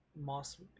moss